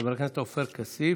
חבר הכנסת עופר כסיף,